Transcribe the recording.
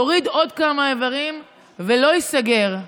יוריד עוד כמה איברים ולא ייסגר.